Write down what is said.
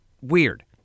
weird